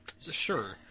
Sure